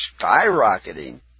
skyrocketing